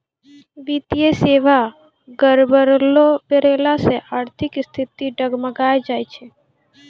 वित्तीय सेबा गड़बड़ैला से आर्थिक स्थिति डगमगाय जाय छै